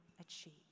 achieve